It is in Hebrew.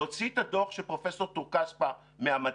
להוציא את הדוח של פרופ' טור-כספא מהמדף,